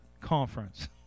conference